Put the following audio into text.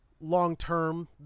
long-term